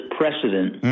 precedent